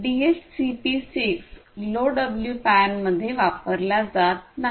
DHCP six LoWPAN मध्ये वापरला जात नाही